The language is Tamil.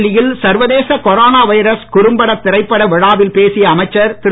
புதுடில்லியில் சர்வதேச கொரோனா வைரஸ் குறும்படத் திரைப்பட விழாவில் பேசிய அமைச்சர் திரு